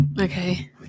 Okay